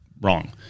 wrong